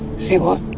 see what?